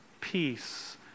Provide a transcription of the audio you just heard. peace